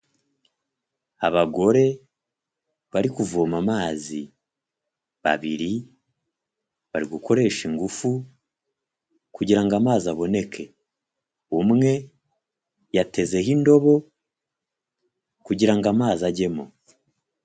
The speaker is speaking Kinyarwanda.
Abagore bari kuvoma amazi. Babiri bari gukoresha ingufu, kugira ngo amazi aboneke. Umwe yatezeho indobo, kugira ngo amazi ajyemo.